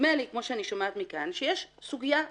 נדמה לי, ממה שאני שומעת כאן, שיש סוגיה נוספת,